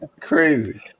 Crazy